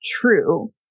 true